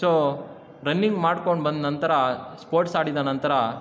so running ಮಾಡ್ಕೊಂಡು ಬಂದ ನಂತರ ಸ್ಪೋರ್ಟ್ಸ್ ಆಡಿದ ನಂತರ